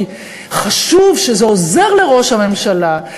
כי חשוב שזה עוזר לראש הממשלה,